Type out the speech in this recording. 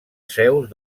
seus